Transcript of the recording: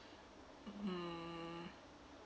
mm